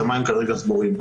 השמיים כרגע סגורים.